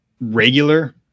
regular